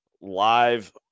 live